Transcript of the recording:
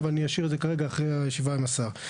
אבל אני אשאיר את זה כרגע אחרי הישיבה עם השר.